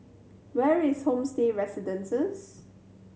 where is Homestay Residences